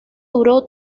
duró